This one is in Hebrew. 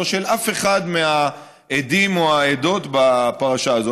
לא של אף אחד מהעדים או העדות בפרשה הזאת.